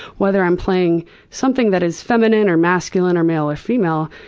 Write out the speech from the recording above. whether i'm playing something that is feminine or masculine or male or female,